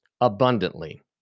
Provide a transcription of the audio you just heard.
abundantly